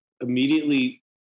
immediately